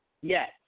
Yes